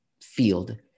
field